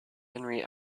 henry